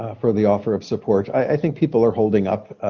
ah for the offer of support. i think people are holding up.